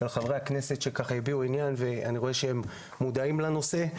תודה גם לחברי הכנסת שהביעו עניין ואני רואה שהם מודעים לנושא.